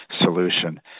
solution